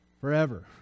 forever